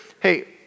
Hey